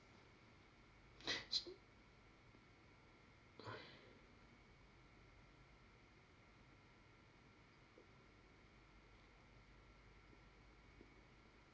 so